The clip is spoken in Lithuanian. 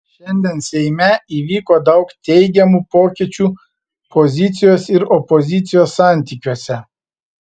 šiandien seime įvyko daug teigiamų pokyčių pozicijos ir opozicijos santykiuose